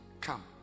come